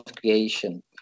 creation